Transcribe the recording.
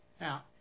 Now